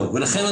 למה?